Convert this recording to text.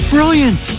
Brilliant